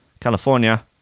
California